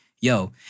yo